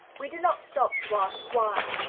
we do not stop to ask why.